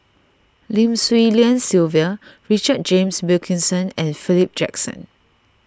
Lim Swee Lian Sylvia Richard James Wilkinson and Philip Jackson